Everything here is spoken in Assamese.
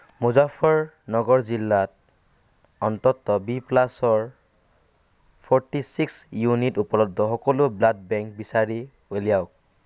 মুজাফৰ নগৰ জিলাত অন্তত বি প্লাছৰ ফৰটি চিক্স ইউনিট উপলব্ধ সকলো ব্লাড বেংক বিচাৰি উলিয়াওক